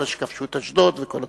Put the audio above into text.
אחרי שכבשו את אשדוד וכל הדברים,